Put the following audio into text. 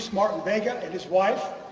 martin-vega and his wife.